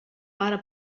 pare